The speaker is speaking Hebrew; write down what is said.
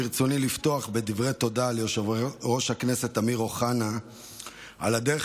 ברצוני לפתוח בדברי תודה ליושב-ראש הכנסת אמיר אוחנה על הדרך